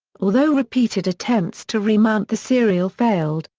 although repeated attempts to remount the serial failed,